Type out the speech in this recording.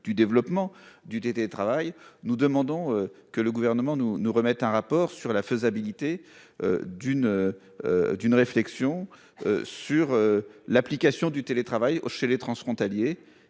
du développement du télétravail. Nous demandons que le gouvernement nous nous remettre un rapport sur la faisabilité. D'une. D'une réflexion. Sur l'application du télétravail chez les transfrontaliers